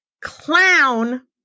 clown